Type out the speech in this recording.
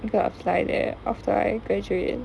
I'm going to apply there after I graduate